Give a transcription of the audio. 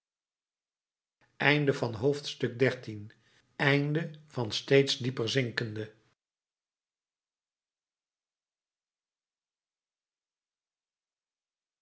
v steeds dieper zinkende